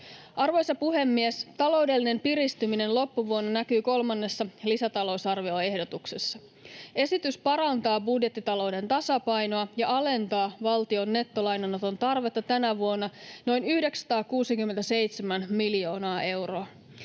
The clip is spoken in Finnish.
Arvoisa puhemies! Taloudellinen piristyminen loppuvuonna näkyy kolmannessa lisätalousarvioehdotuksessa. Esitys parantaa budjettitalouden tasapainoa ja alentaa valtion nettolainanoton tarvetta tänä vuonna noin 967 miljoonaa euroa.